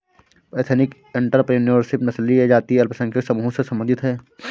ethnic entrepreneurship नस्लीय या जातीय अल्पसंख्यक समूहों से संबंधित हैं